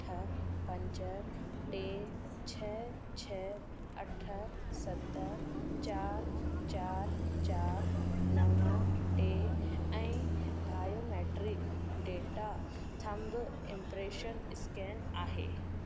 अठ पंज टे छ छ अठ सत चारि चारि चारि नव टे ऐं biometric data thumb impression scan आहे